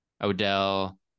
Odell